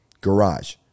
garage